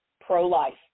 pro-life